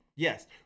Yes